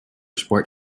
sport